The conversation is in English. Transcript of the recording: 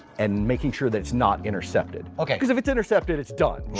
and making sure that it's not intercepted. okay. because if it's intercepted, its done.